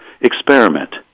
experiment